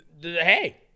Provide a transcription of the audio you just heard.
Hey